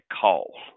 call